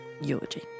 eulogy